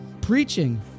preaching